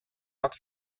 not